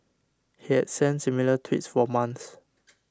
he has sent similar tweets for months